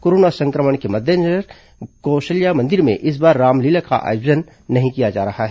corona संक्रमण के मद्देनजर कौशल्या मंदिर में इस बार रामलीला का आयोजन नहीं किया जा रहा है